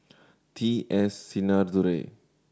T S Sinnathuray